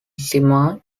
sima